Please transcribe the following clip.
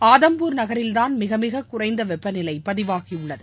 ஆதம்பூர் நகரில்தான் மிகமிக குறைந்த வெப்பநிலை பதிவாகியுள்ளது